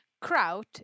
Kraut